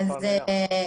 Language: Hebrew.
ולא סלולרי.